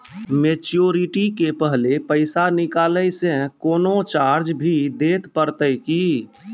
Maturity के पहले पैसा निकालै से कोनो चार्ज भी देत परतै की?